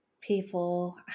people